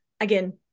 again